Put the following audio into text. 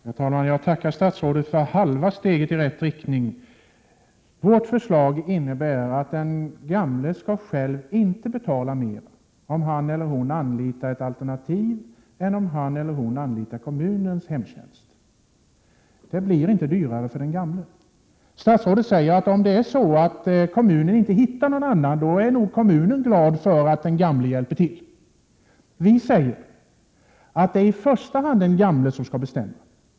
Herr talman! Jag tackar statsrådet för halva steget i rätt riktning. Vårt förslag innebär att den gamle själv inte skall betala mer om han eller hon anlitar ett alternativ än om han eller hon anlitar kommunens hemtjänst. Det blir inte dyrare för den gamle. Statsrådet säger att kommunen, om den inte hittar någon annan utväg, nog är glad för att den gamle hjälper till. Vi säger att det är i första hand den gamle som skall bestämma.